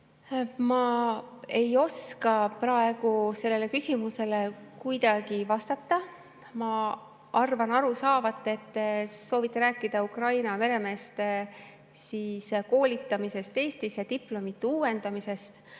Ma ei oska praegu sellele küsimusele kuidagi vastata. Ma arvan aru saavat, et te soovite rääkida Ukraina meremeeste koolitamisest Eestis ja diplomite uuendamisest,